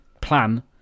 plan